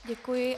Děkuji.